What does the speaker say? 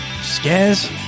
scares